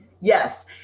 yes